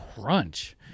crunch